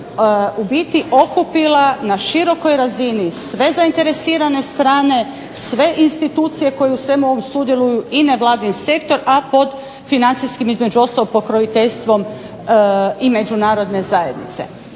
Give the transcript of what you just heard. u biti okupila na širokoj razini sve zainteresirane strane, sve institucije koje u svemu ovom sudjeluju i nevladin sektor, a pod financijskim, između ostalog, pokroviteljstvom i međunarodne zajednice.